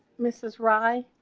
this is rye